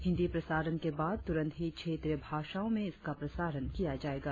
हिंदी प्रसारण के बाद तुरंत ही क्षेत्रीय भाषाओं में इसका प्रसारण किया जायेगा